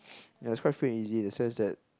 yes it's quite free and easy in the sense that